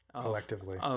collectively